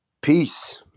Peace